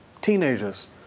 teenagers